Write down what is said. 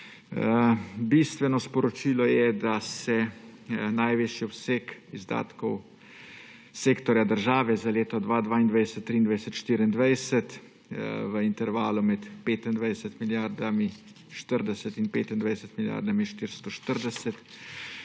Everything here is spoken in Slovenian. Bistveno sporočilo je, da je največji obseg izdatkov sektorja država za leta 2022, 2023, 2024 v intervalu med 25 milijardami 40 in 25 milijardami 440.